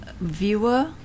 viewer